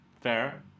Fair